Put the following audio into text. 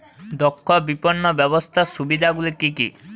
দক্ষ বিপণন ব্যবস্থার সুবিধাগুলি কি কি?